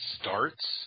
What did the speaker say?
starts